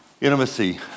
Intimacy